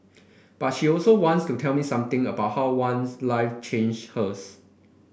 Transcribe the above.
but she also wants to tell me something about how one life changed hers